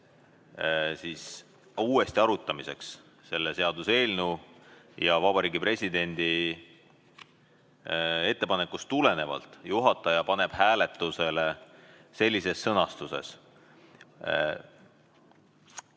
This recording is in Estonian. meile uuesti arutamiseks selle seaduseelnõu ja Vabariigi Presidendi ettepanekust tulenevalt juhataja paneb hääletusele sõnastuses